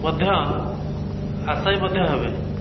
ମଧ୍ୟ ଆଶାୟୀ ମଧ୍ୟ ହେବେ